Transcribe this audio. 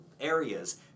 areas